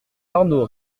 arnaud